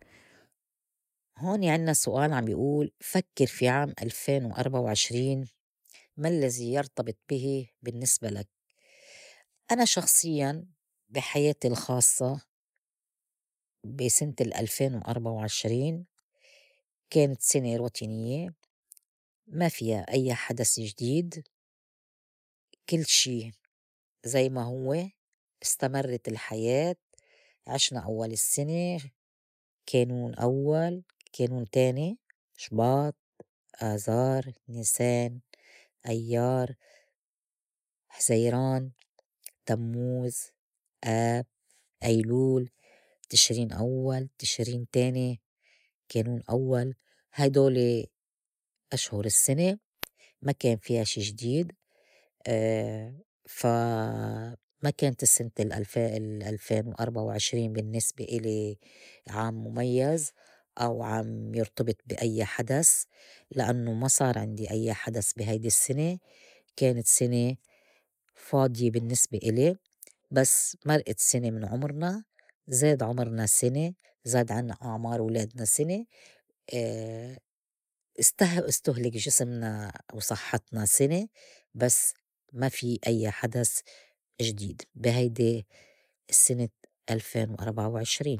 هوني عنّا سؤال عم بي ئول فكّر في عام ألفين وأربعة وعشرين ما الّذي يرتبط بهِ بالنّسبة لك؟ أنا شخصيّا بي حياتي الخاصّة بي سنة الألفين وأربعة وعشرين كانت سنة روتينيّة ما فيا أيّا حدث جديد كل شي زي ما هوّ استمرّت الحياة عشنا أوّل السّنة، كانون أوّل، كانون تاني، شباط، آذار، نيسان، أيّار، حزيران، تمّوز، آب، أيلول، تشرين أوّل، تشرين تاني، كانون أوّل، هيدولي أشهُر السّنة ما كان فيا شي جديد فا ما كانت السّنة ألفين- الألفين وأربعة وعشرين بالنّسبة إلي عام مُميّز أو عام يرتبط بي أيّا حدس لأنّو ما صار عندي أيّا حدس بي هيدي السّنة كانت سنة فاضية بالنّسبة إلي بس مرئت سنة من عمرنا، زاد عمرنا سنة، زاد عنّا أعمار ولادنا سنة سته استُهلكلك جسمنا وصحّتنا سنة بس ما في أيّا حدس جديد بي هيدي سنة ألفين وأربعة وعشرين.